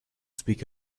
speak